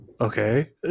okay